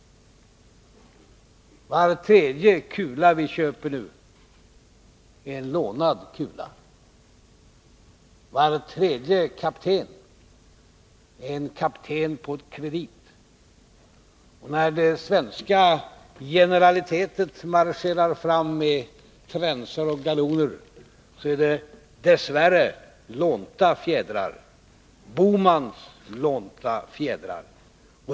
Var tredje kula vi köper nu är en lånad kula. Var tredje kapten är en kapten på kredit. När det svenska generalitetet marscherar fram med tränsar och galoner är det dess värre lånta fjädrar — Bohmans lånta fjädrar.